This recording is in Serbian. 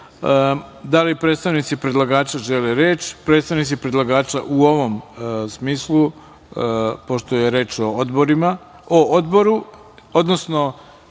li predstavnici predlagača žele reč? Predstavnici predlagača u ovom smislu, pošto je reč o Odboru, odnosno